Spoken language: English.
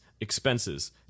expenses